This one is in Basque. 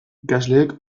ikasleek